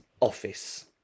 office